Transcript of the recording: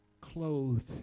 clothed